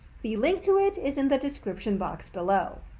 the link to it is in the description box below.